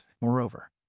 Moreover